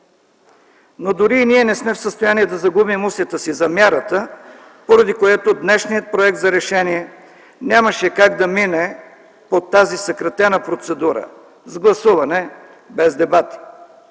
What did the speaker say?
Дори и ние не сме в състояние да изгубим усета си за мярата, поради което днешният проект за решение нямаше как да мине по тази съкратена процедура – с гласуване без дебати,